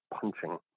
punching